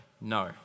No